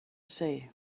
say